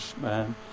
man